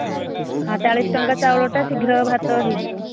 ହଁ ହଁ ଚାଳିଶ ଟଙ୍କିଆ ଚାଉଳଟା ଶୀଘ୍ର ଭାତ ହୋଇଯିବ